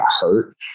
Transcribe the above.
hurt